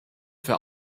für